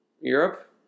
Europe